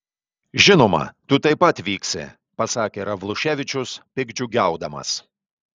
žinoma tu taip pat vyksi pasakė ravluševičius piktdžiugiaudamas